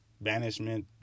banishment